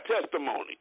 testimony